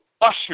usher